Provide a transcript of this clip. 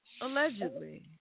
Allegedly